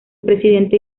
presidente